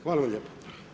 Hvala vam lijepo.